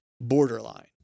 borderline